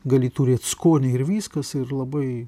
gali turėt skonį ir viskas ir labai